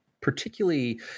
particularly